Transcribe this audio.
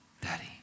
daddy